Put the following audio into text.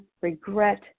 regret